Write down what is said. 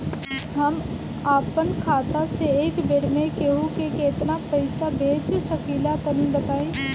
हम आपन खाता से एक बेर मे केंहू के केतना पईसा भेज सकिला तनि बताईं?